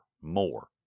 More